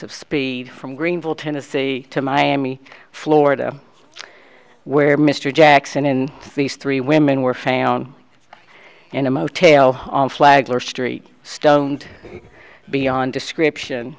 of speed from greenville tennessee to miami florida where mr jackson in these three women were found in a motel on flagler street stoned beyond